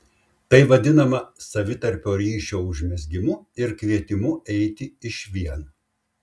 tai vadinama savitarpio ryšio užmezgimu ir kvietimu eiti išvien